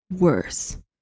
worse